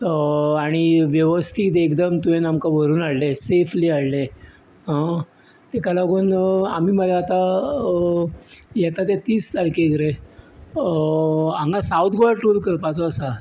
आनी वेवस्थीत एकदम तुवें आमकां वरून हाडलें सेफली हाडलें आं तेका लागून आमी मरे आता येता त्या तीस तारकेक रे हांगा सावथ गोवा टूर करपाचो आसा